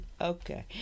okay